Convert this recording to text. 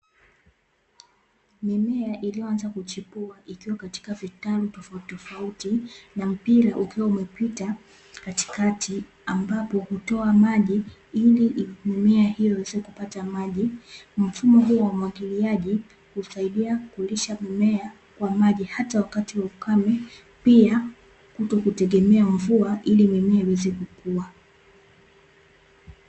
Mimea iliyoanza kuchipua ikiwa katika vitalu tofautitofauti na mpira ukiwa umepita katikati ambapo hutoa maji ili mimea iweze kupata maji. Mfumo huo wa umwagiliaji husaidia kulisha mimea kwa maji hata wakati wa ukame pia kutokutegemea mvua ili mimea iweze kukua.